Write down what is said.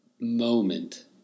moment